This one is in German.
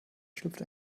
schlüpft